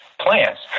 plants